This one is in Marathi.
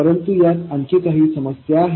परंतु यात आणखी काही समस्या आहेत